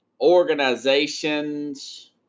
organizations